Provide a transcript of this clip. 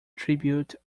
tribute